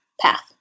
path